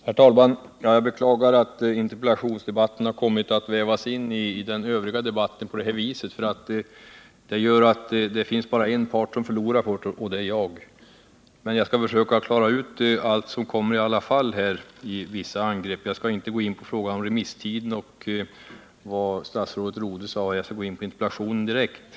Herr talman! Jag beklagar att interpellationsdebatten har kommit att vävas in i debatten på det här viset. Det är bara en part som förlorar på detta, och det är jag. Men jag skall försöka klara ut det mesta i vissa angrepp här. Jag skall inte gå in på frågan om remisstiden och på vad statsrådet Rodhe sade, utan jag skall gå in på interpellationen direkt.